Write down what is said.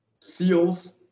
seals